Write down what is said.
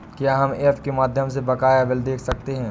क्या हम ऐप के माध्यम से बकाया बिल देख सकते हैं?